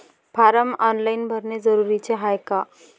Form online भरने जरुरीचे हाय का?